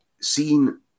seen